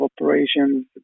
operations